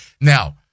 Now